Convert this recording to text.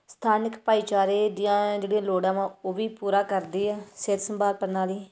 ਸਥਾਨਕ ਭਾਈਚਾਰੇ ਦੀਆਂ ਜਿਹੜੀਆਂ ਲੋੜਾਂ ਵਾ ਉਹ ਵੀ ਪੂਰਾ ਕਰਦੀ ਆ ਸਿਹਤ ਸੰਭਾਲ ਪ੍ਰਣਾਲੀ